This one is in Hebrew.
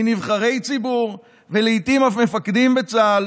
מנבחרי ציבור ולעיתים אף ממפקדים בצה"ל,